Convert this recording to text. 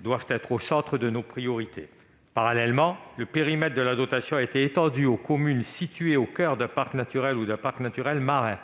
doit être au centre de nos priorités. Parallèlement, le périmètre de la dotation a été étendu aux communes situées au coeur d'un parc naturel ou d'un parc naturel marin.